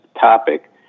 topic